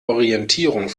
orientierung